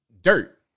dirt